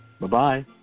Bye-bye